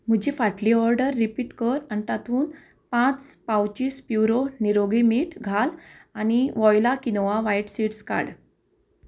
म्हजी फाटली order repeat कर आनी तातूंत पांच पावचीस प्युरो निरोगी मीठ घाल आनी वॉयला किनोवा वायट सिड्स काड